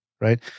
right